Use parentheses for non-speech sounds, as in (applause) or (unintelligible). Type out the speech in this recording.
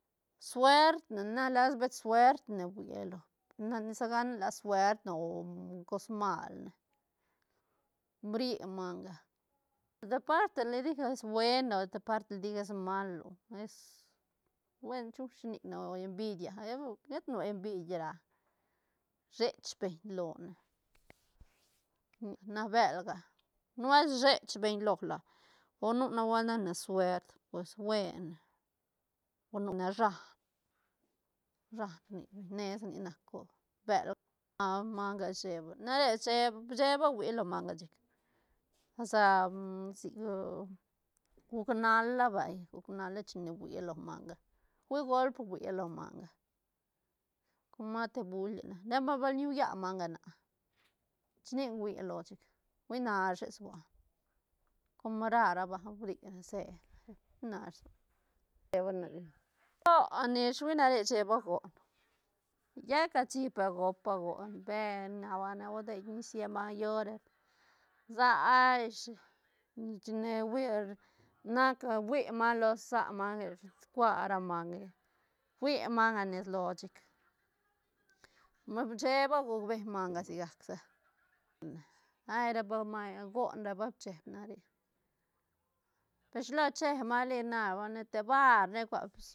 Suert ne na lasa pet suert ne fuia lo na nisa gana la suert ne cos mal ne bri manga departe le dije es bueno depart dije es malo es, buen chu shi nic ne o envidia (unintelligible) et nu envid ra shech beñ lone (hesitation) na bëlga nubuelt shech beñ lo la o nu nubeult nac ne suert pues buen ne o nu ne shán- shán rni beñ ne sa nic nac co bël (hesitation) manga cheeba na re cheeba- bcheeba fuia lo manga chic asta sic (hesitation) guc nala vay guc nala chine fuia lo manga hui golp fuia lo manga, coma te bulie nac, repa bal ñaulla manga naá chu nic gui loa chic hui nashe sua com ra rabanga bri se nash (unintelligible) to ne ish hui na re cheeba goon llet cashi pe gopa goon, per na banga ne hue deit nis lle maiñ llo repa sa á ish chine hui nac fui manga losa manga que chic bcua ra manga ish fuit manga nes loa chic pe cheeba go ben manga sigac sa hay repa mai goon repa cheeb na re, pe shilo chep manga li na banga ne te bar ne cua